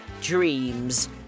dreams